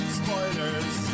spoilers